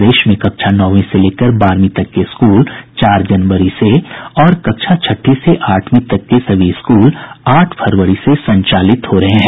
प्रदेश में कक्षा नौवीं से लेकर बारहवीं तक के स्कूल चार जनवरी से और कक्षा छठी से आठवीं तक के सभी स्कूल आठ फरवरी से संचालित हो रहे हैं